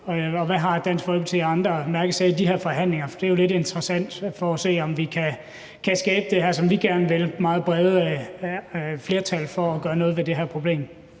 hvad Dansk Folkeparti har af andre mærkesager i de her forhandlinger, for det er jo lidt interessant for at se, om vi kan skabe det her, som vi gerne vil, nemlig meget brede flertal for at gøre noget ved det her problem.